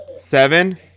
Seven